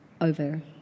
over